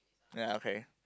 ya okay